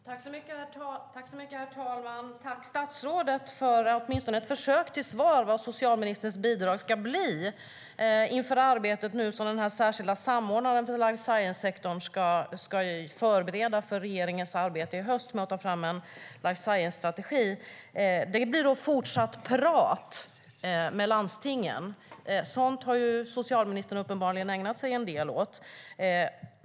Herr talman! Tack, statsrådet, för åtminstone ett försök till svar om vad socialministerns bidrag ska bli inför det arbete som den särskilda samordnaren för life science-sektorn ska förbereda inför regeringens arbete i höst med att ta fram en life science-strategi! Det blir då fortsatt prat med landstingen. Sådant har socialministern uppenbarligen ägnat sig en del åt.